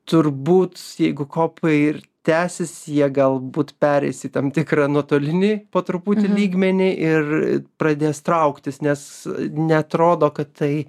turbūt jeigu kopai ir tęsis jie galbūt pereis į tam tikrą nuotolinį po truputį lygmenį ir pradės trauktis nes neatrodo kad tai